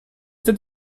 that